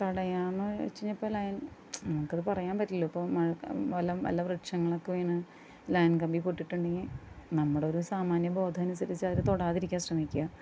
തടയാന്നുവെച്ചുകഴിഞ്ഞാ ഇപ്പോൾ ലൈൻ നമുക്കത് പറയാൻ പറ്റില്ലല്ലോ ഇപ്പോൾ മഴ വല്ലതും വല്ല വ്യക്ഷങ്ങളൊക്കെ വീണ് ലൈൻ കമ്പി പൊട്ടിയിട്ടുണ്ടെങ്കിൽ നമ്മുടെയൊരു സാമാന്യബോധമനുസരിച്ചു അതില് തൊടാതിരിക്കാൻ ശ്രമിക്കുക